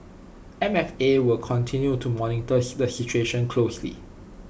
M F A will continue to monitor the situation closely